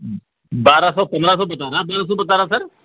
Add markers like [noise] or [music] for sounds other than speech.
بارہ سو پندرہ سو بتا رہا ہے [unintelligible] سو بتا رہا ہے سر